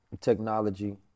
technology